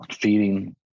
feeding